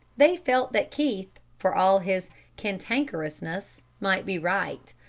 they felt that keith, for all his cantankerousness, might be right.